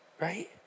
right